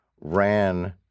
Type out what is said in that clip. ran